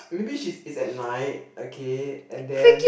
maybe she it's at night okay and then